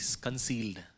concealed